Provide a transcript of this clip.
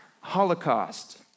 Holocaust